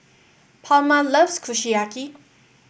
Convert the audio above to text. Palma loves Kushiyaki